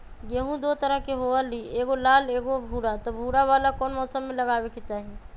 गेंहू दो तरह के होअ ली एगो लाल एगो भूरा त भूरा वाला कौन मौसम मे लगाबे के चाहि?